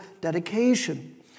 dedication